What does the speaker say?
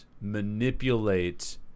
manipulate